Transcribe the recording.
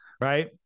Right